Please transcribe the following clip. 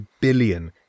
billion